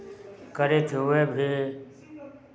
करैत हुए भी